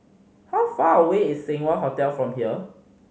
how far away is Seng Wah Hotel from here